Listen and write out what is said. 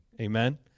Amen